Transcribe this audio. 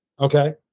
Okay